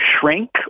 shrink